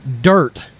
dirt